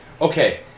okay